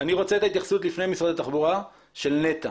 את ההתייחסות לפני משרד התחבורה, של נת"ע